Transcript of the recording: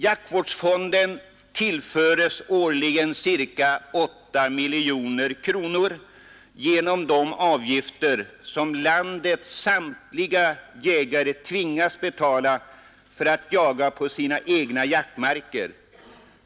Jaktvårdsfonden tillföres årligen ca 8 miljoner kronor genom de avgifter som landets samtliga jägare tvingas betala för att få jaga på sina egna jaktmarker.